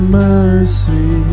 mercy